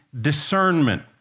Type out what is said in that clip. discernment